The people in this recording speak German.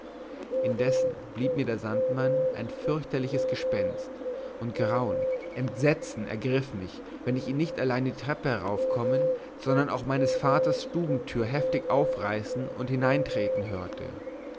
indessen blieb mir der sandmann ein fürchterliches gespenst und grauen entsetzen ergriff mich wenn ich ihn nicht allein die treppe heraufkommen sondern auch meines vaters stubentür heftig aufreißen und hineintreten hörte